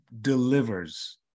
delivers